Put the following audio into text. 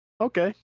okay